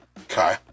Okay